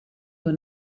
were